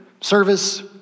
service